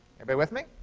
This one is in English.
everybody with me?